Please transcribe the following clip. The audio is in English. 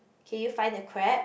can you find the crab